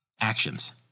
Actions